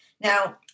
Now